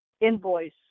invoice